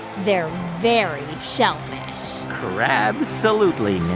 they're very shellfish crab-solutely,